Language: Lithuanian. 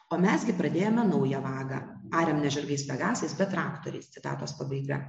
o mes gi pradėjome naują vagą ariam ne žirgais pegasais bet traktoriais citatos pabaiga